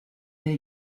mais